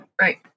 Right